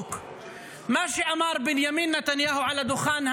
בדיוק מה שאמר בנימין נתניהו על הדוכן,